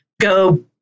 go